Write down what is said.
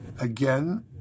Again